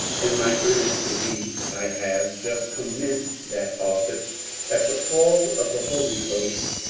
in my earnest belief. i have just commenced that office at the call of the holy ghost,